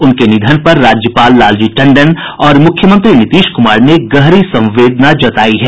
उनके निधन पर राज्यपाल लालजी टंडन और मुख्यमंत्री नीतीश कुमार ने गहरी संवेदना जतायी है